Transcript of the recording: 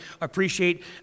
appreciate